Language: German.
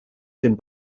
den